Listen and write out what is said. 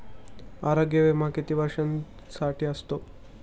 आरोग्य विमा किती वर्षांसाठी असतो?